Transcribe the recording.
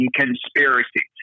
conspiracy